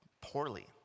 poorly